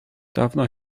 dawno